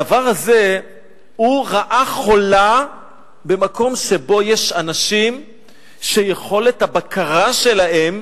הדבר הזה הוא רעה חולה במקום שבו יש אנשים שיכולת הבקרה שלהם